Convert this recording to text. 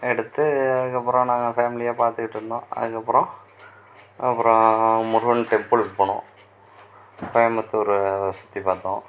எடுத்து அதுக்கு அப்புறம் நாங்கள் ஃபேமிலியா பார்த்துக்கிட்ருந்தோம் அதுக்கு அப்புறம் அப்புறம் முருகன் டெம்பிளுக்கு போனோம் கோயமுத்தூரை சுற்றி பார்த்தோம்